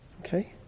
Okay